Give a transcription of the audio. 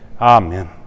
Amen